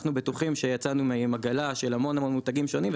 אנחנו בטוחים שיצאנו עם עגלה של המון המון מותגים שונים,